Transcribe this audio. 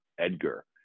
Edgar